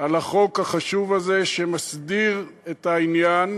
על החוק החשוב הזה, שמסדיר את העניין,